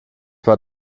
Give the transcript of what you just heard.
war